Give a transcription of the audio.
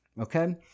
Okay